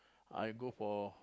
I go for